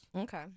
Okay